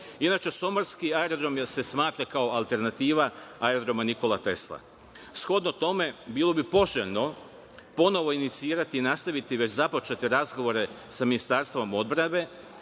somborski aerodrom se smatra kao alternativa aerodroma „Nikola Tesla“. Shodno tome, bilo bi poželjno ponovo inicirati i nastaviti već započete razgovore sa Ministarstvom odbrane